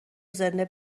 زنده